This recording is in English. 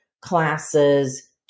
classes